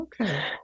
okay